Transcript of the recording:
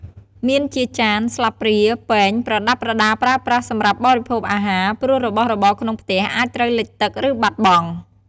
មានជាចាន ស្លាបព្រា ពែង ប្រដាប់ប្រដាប្រើប្រាស់សម្រាប់បរិភោគអាហារ ព្រោះរបស់របរក្នុងផ្ទះអាចត្រូវលិចទឹក ឬបាត់បង់។